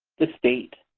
the state,